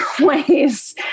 ways